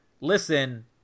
listen